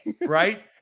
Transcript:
right